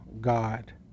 God